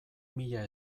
mila